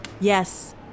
Yes